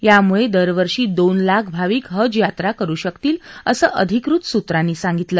यामुळे यावर्षी दोन लाख भाविक हज यात्रा करू शकतील असं अधिकृत सूत्रानं सांगितलं